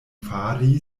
fari